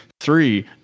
Three